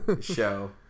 show